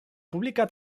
publika